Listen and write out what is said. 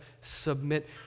submit